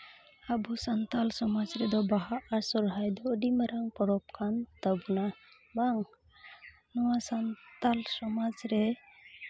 ᱟᱵᱚ ᱥᱟᱱᱛᱟᱲ ᱥᱚᱢᱟᱡᱽ ᱨᱮᱫᱚ ᱵᱟᱦᱟ ᱟᱨ ᱥᱚᱦᱚᱨᱟᱭ ᱫᱚ ᱟᱹᱰᱤ ᱢᱟᱨᱟᱝ ᱯᱚᱨᱚᱵᱽ ᱠᱟᱱ ᱛᱟᱵᱚᱱᱟ ᱵᱟᱝ ᱱᱚᱣᱟ ᱥᱟᱱᱛᱟᱲ ᱥᱚᱢᱟᱡᱽ ᱨᱮ